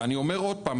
ואני אומר עוד פעם,